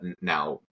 now